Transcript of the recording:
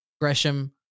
Gresham